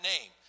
name